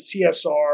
CSR